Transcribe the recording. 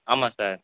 ஆமாம் சார்